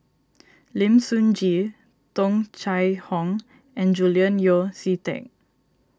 Lim Sun Gee Tung Chye Hong and Julian Yeo See Teck